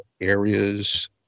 areas